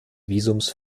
visums